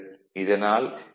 இதனால் எம்